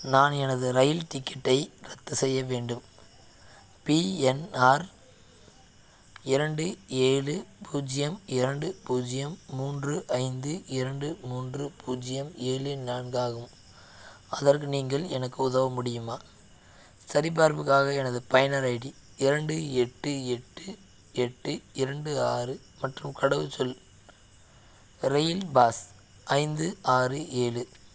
நான் எனது ரயில் டிக்கெட்டை ரத்து செய்ய வேண்டும் பிஎன்ஆர் இரண்டு ஏழு பூஜ்ஜியம் இரண்டு பூஜ்ஜியம் மூன்று ஐந்து இரண்டு மூன்று பூஜ்ஜியம் ஏழு நான்காகும் அதற்கு நீங்கள் எனக்கு உதவ முடியுமா சரிபார்ப்புக்காக எனது பயனர் ஐடி இரண்டு எட்டு எட்டு எட்டு இரண்டு ஆறு மற்றும் கடவுச்சொல் ரெயில் பாஸ் ஐந்து ஆறு ஏழு